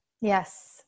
Yes